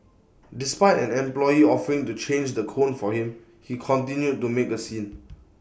despite an employee offering to change the cone for him he continued to make A scene